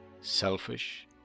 selfish